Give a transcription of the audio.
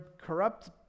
corrupt